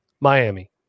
Miami